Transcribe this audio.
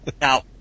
Now